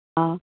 ꯑꯥ